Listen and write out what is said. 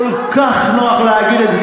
כל כך נוח להגיד את זה.